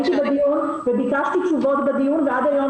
הייתי בדיון וביקשתי תשובות בדיון ועד היום